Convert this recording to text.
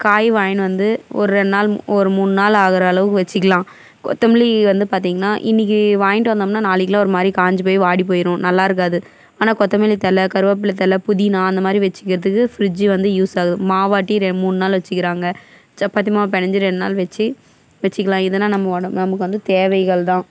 காய் வாய்ங்கினு வந்து ஒரு ரெண்டு நாள் ஒரு மூணு நாள் ஆகிற அளவுக்கு வெச்சிக்கலாம் கொத்தமில்லி வந்து பார்த்தீங்கனா இன்னைக்கி வாய்ண்ட்டு வந்தோம்னா நாளைக்கிலாம் ஒரு மாதிரி காய்ஞ்சி போய் வாடி போய்ரும் நல்லாயிருக்காது ஆனால் கொத்தமில்லி ததழை கருவேப்பிலை தழை புதினா அந்த மாதிரி வெச்சுக்கிறதுக்கு ஃப்ரிட்ஜி வந்து யூஸ் ஆகுது மாவாட்டி மூணு நாள் வெச்சுக்கிறாங்க சப்பாத்தி மாவு பெசைஞ்சி ரெண்டு நாள் வெச்சு வெச்சிக்கலாம் இதுன்னா நம்ம நமக்கு வந்து தேவைகள் தான்